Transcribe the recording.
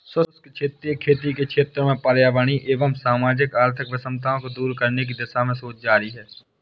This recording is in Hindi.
शुष्क क्षेत्रीय खेती के क्षेत्र में पर्यावरणीय एवं सामाजिक आर्थिक विषमताओं को दूर करने की दिशा में शोध जारी है